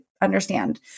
understand